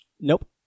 Nope